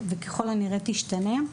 וככל הנראה תשתנה,